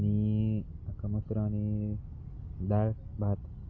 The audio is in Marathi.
आणि अख्खा मसूर आणि डाळ भात